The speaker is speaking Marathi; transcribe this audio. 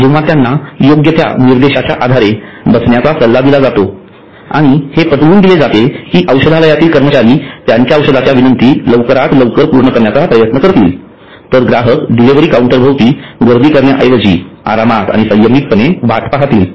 जेव्हा त्यांना योग्यत्या निर्देशाच्या आधारे बसण्याचा सल्ला दिला जातो आणि हे पटवून दिले जाते कि औषधालयातील कर्मचारी त्यांच्या औषधाच्या विनंती लवकरात लवकर पूर्ण करण्याचा प्रयत्न करतील तर ग्राहक डिलिव्हरी काउंटर भोवती गर्दी करण्याऐवजी आरामात आणि संयमितपणे वाट पाहतील